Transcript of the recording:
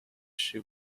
shoe